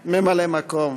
ממלא-מקום.